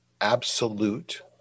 absolute